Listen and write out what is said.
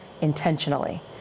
intentionally